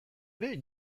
ere